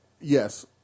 yes